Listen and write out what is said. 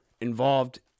involved